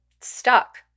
stuck